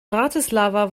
bratislava